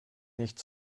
nicht